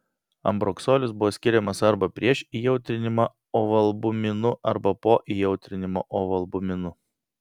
ambroksolis buvo skiriamas arba prieš įjautrinimą ovalbuminu arba po įjautrinimo ovalbuminu